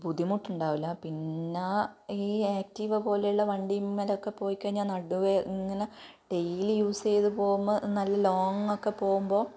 ബുദ്ധിമുട്ടുണ്ടാവില്ല പിന്നെ ഈ ആക്റ്റീവ പോലുള്ള വണ്ടിയിന്മേലൊക്കെ പോയിക്കഴിഞ്ഞാൽ നടുവ് ഇങ്ങനെ ഡെയിലി യൂസ് ചെയ്ത് പോവുമ്പോൾ നല്ല ലോങ്ങൊക്കെ പോവുമ്പോൾ